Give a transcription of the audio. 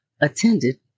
attended